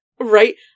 Right